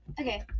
okay